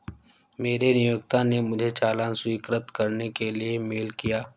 मेरे नियोक्ता ने मुझे चालान स्वीकृत करने के लिए मेल किया